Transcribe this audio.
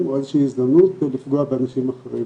או איזה שהיא הזדמנות כדי לפגוע באנשים אחרים,